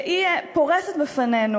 והיא פורסת בפנינו